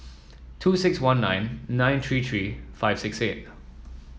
two six one nine nine three three five six eight